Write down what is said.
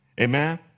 Amen